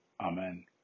Amen